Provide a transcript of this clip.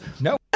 No